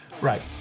Right